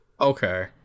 Okay